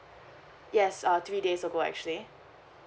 yes uh three days ago actually